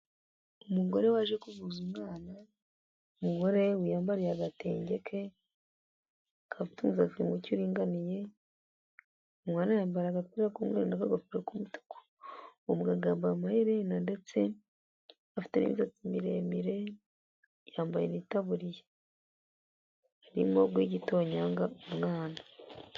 Umugore waje kuvuza umwana, umugore wiyambariye agatenge ke, akaba atunze umusatsi mucye uringaniye. Umwana yambaye agapira k'umweru nakagofero k'umutuku. Uwo muganga yambaye amahena ndetse n'imisatsi miremire, yambaye n'itaburiya. Arimo guha igitonyanga umwana.